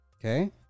Okay